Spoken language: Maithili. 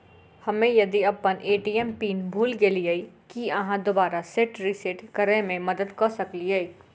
हम्मे यदि अप्पन ए.टी.एम पिन भूल गेलियै, की अहाँ दोबारा सेट रिसेट करैमे मदद करऽ सकलिये?